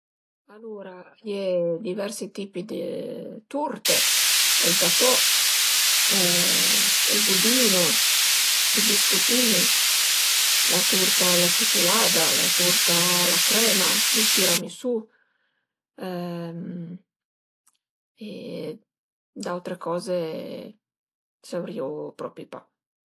Alura a ie diversi tipi dë turte: ël gatò ël budino, i biscutin, la turta a la ciculada, la turta a la crema, ël tiramisù d'autre coze saurìu propi pa